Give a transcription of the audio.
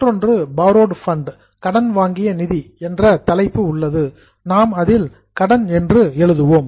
மற்றொன்று பாரோடு ஃபண்ட் கடன் வாங்கிய நிதி என்ற தலைப்பு உள்ளது நாம் அதில் லோன் கடன் என்று எழுதியுள்ளோம்